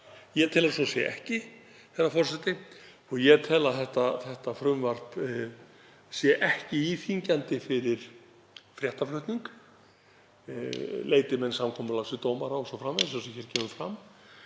Ég tel að svo sé ekki, herra forseti, og ég tel að þetta frumvarp sé ekki íþyngjandi fyrir fréttaflutning leiti menn samkomulags við dómara o.s.frv., eins og hér kemur fram.